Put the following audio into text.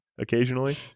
occasionally